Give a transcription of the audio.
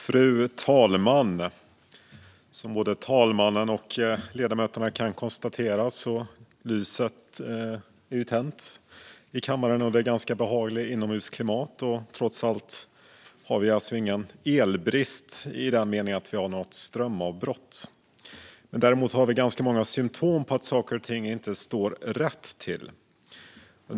Fru talman! Som både talmannen och ledamöterna kan konstatera är lyset tänt i kammaren, det är behagligt inomhusklimat, och vi har alltså trots allt ingen elbrist i den meningen att vi har strömavbrott. Men däremot har vi många symtom på att saker och ting inte står rätt till.